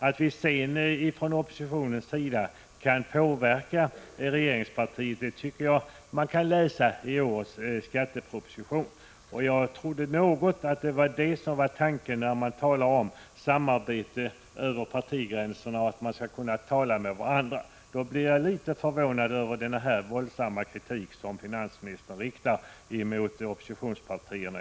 Att vi från oppositionens sida har kunnat påverka regeringspartiet tycker jag att man kan utläsa av årets skatteproposition. Jag trodde att det var det som var tanken bakom talet om samarbete över partigränserna och om att man skall kunna tala med varandra. Jag blev därför litet förvånad över den våldsamma kritik som finansministern riktar mot oppositionen i dess helhet.